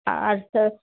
আচ্ছা